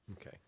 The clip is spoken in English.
Okay